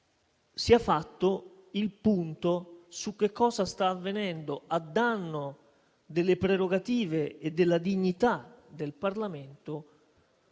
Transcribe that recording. sia fatto il punto su che cosa sta avvenendo a danno delle prerogative e della dignità del Parlamento